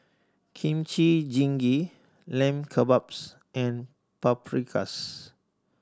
Kimchi Jjigae Lamb Kebabs and Paprikas